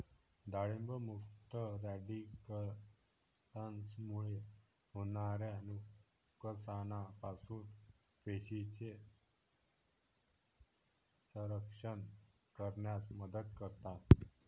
डाळिंब मुक्त रॅडिकल्समुळे होणाऱ्या नुकसानापासून पेशींचे संरक्षण करण्यास मदत करतात